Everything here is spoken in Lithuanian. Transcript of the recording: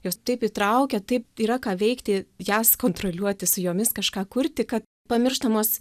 jos taip įtraukia taip yra ką veikti jas kontroliuoti su jomis kažką kurti kad pamirštamos